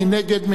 מי נגד?